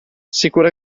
sicura